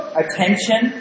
attention